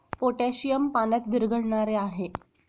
potassium पाण्यात विरघळणारे आहे